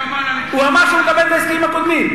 הוא אמר שהוא מקבל את ההסכמים הקודמים?